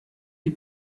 die